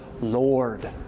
Lord